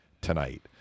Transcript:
tonight